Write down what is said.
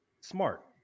smart